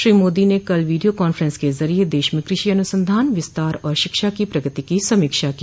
श्री मोदी ने कल video conference के जरिये देश में कृषि अनुसंधान विस्तार और शिक्षा की प्रगति की समीक्षा की